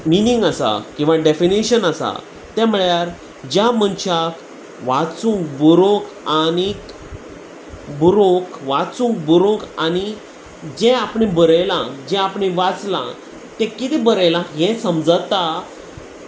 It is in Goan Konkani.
मिनींग आसा किंवां डेफिनशन आसा तें म्हळ्यार ज्या मनशाक वाचूंक बरोंक आनीक बरोंक वाचूंक बरोंक आनी जें आपण बरयलां जें आपण वाचलां तें कितें बरयलां हें समजता